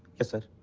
yes sir.